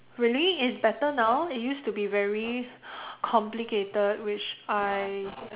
really it's better now it used to be very complicated which I